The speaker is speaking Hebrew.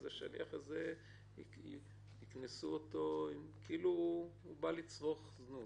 השליח הזה ייקנס כאילו הוא בא לצרוך זנות.